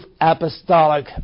apostolic